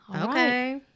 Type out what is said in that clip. okay